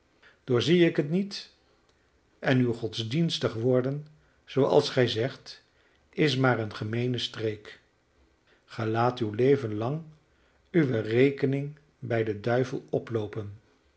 doorzie ik het niet en uw godsdienstig worden zooals gij zegt is maar een gemeene streek ge laat uw leven lang uwe rekening bij den duivel oploopen